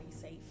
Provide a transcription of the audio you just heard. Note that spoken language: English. safe